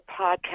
podcast